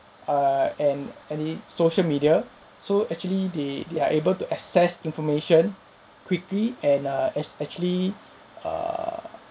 err and any social media so actually they they are able to assess information quickly and err as actually err